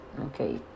okay